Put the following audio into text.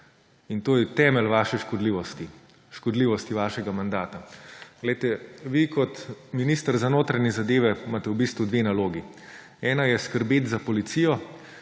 In to je temelj vaše škodljivosti, škodljivosti vašega mandata. Glejte, vi kot minister za notranje zadeve imate v bistvu dve nalogi: ena je skrbeti za policijo,